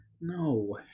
No